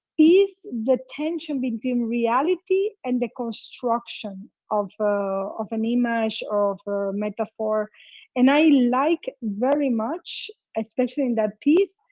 is the tension between reality and the construction of ah of an image, or a metaphor and i like very much, especially in that piece,